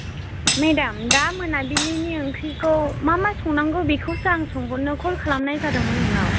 madam दा मोनाबिलिनि ओंख्रिखौ मा मा संनांगौ बेखौसो आं सोंहरनो कल खालामनाय जादोंमोन नोंनाव